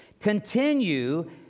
Continue